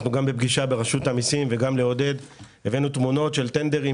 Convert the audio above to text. אנחנו גם בפגישה ברשות המיסים וגם לעודד הבאנו תמונות של טנדרים